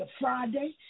Friday